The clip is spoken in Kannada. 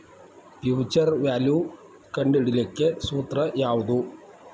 ಫ್ಯುಚರ್ ವ್ಯಾಲ್ಯು ಕಂಢಿಡಿಲಿಕ್ಕೆ ಸೂತ್ರ ಯಾವ್ದು?